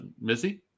Missy